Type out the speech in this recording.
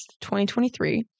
2023